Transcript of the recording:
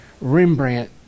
Rembrandt